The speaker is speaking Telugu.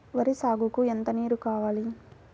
వరి సాగుకు ఎంత నీరు కావాలి?